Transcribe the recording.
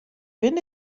binne